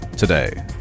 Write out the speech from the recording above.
Today